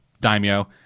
Daimyo